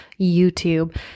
YouTube